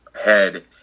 head